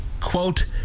quote